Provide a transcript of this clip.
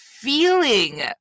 Feeling